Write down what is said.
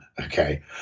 okay